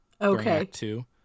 okay